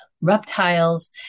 reptiles